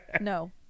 No